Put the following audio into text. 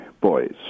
boys